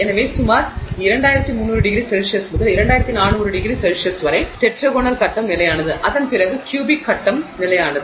எனவே சுமார் 2300 ºC முதல் 2400 ºC வரை டெட்ராகோனல் கட்டம் நிலையானது அதன் பிறகு கியூபிக் கட்டம் நிலையானது